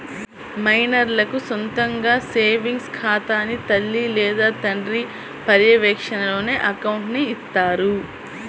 మైనర్లకు సొంతగా సేవింగ్స్ ఖాతాని తల్లి లేదా తండ్రి పర్యవేక్షణలోనే అకౌంట్ని ఇత్తారు